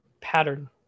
pattern